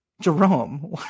Jerome